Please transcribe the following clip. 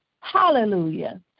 hallelujah